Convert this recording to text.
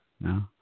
No